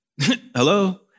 hello